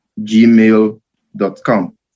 gmail.com